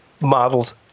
models